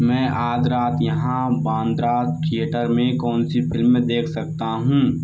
मैं आज रात यहाँ बांद्रा थिएटर में कौन सी फिल्म देख सकता हूँ